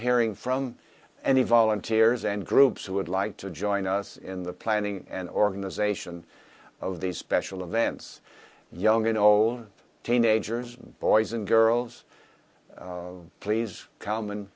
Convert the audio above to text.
hearing from any volunteers and groups who would like to join us in the planning and organization of these special events young you know teenagers boys and girls please come and